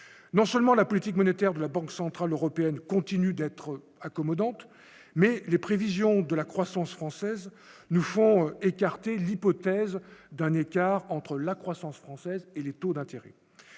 non seulement la politique monétaire de la Banque centrale européenne continue d'être accommodante mais les prévisions de la croissance française nous font écarté l'hypothèse d'un écart entre la croissance française et les taux d'intérêt,